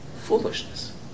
foolishness